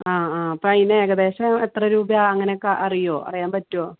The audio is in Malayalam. ആ ആ അപ്പയിനേകദേശം എത്ര രൂപയാണ് അങ്ങനക്കെ അറിയുവോ അറിയാൻ പറ്റുവോ